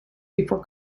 before